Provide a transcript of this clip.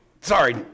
sorry